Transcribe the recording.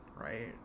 right